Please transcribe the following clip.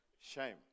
Shame